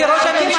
לפי ראש הממשלה,